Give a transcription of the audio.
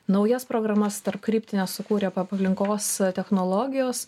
naujas programas tarpkryptines sukūrė aplinkos technologijos